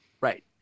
Right